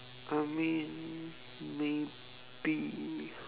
I mean maybe